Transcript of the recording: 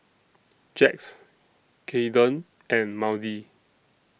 Jax Cayden and Maudie